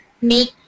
make